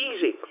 easy